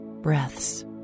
breaths